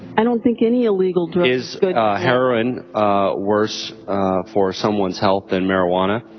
i don't think any illegal drug. is heroin worse for someone's health than marijuana?